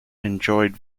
enjoyed